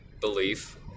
belief